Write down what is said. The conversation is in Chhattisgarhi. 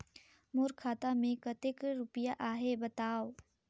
मोर खाता मे कतेक रुपिया आहे बताव?